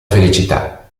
felicità